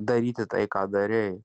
daryti tai ką darei